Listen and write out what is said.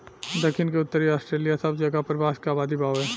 दखिन से उत्तरी ऑस्ट्रेलिआ सब जगह पर बांस के आबादी बावे